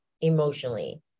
emotionally